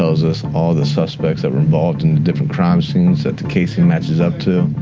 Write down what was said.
us us all the suspects that were involved in different crime scenes that the casing matches up to.